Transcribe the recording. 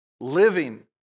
living